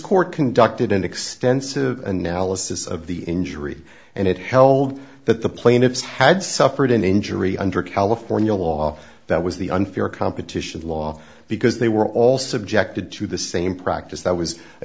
court conducted an extensive analysis of the injury and it held that the plaintiffs had suffered an injury under california law that was the unfair competition law because they were all subjected to the same practice that was a